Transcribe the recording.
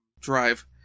drive